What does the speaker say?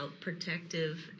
protective